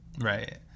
Right